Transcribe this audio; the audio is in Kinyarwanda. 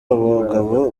abagabo